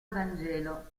vangelo